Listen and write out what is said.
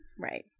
Right